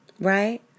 Right